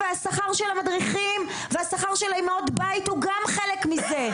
והשכר של המדריכים והשכר של אמהות הבית הוא גם חלק מזה.